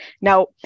now